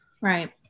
Right